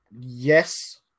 Yes